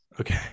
Okay